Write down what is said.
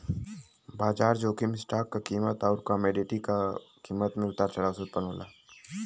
बाजार जोखिम स्टॉक क कीमत आउर कमोडिटी क कीमत में उतार चढ़ाव से उत्पन्न होला